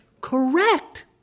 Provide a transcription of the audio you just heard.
Correct